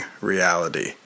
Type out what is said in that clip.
reality